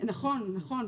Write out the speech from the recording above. נכון, נכון.